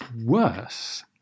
worse